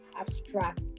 abstract